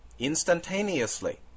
instantaneously